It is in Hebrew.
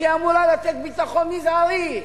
שאמורה לתת ביטחון מזערי.